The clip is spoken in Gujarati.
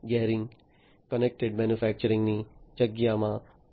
ગેહરિંગ કનેક્ટેડ મેન્યુફેક્ચરિંગ ની જગ્યામાં છે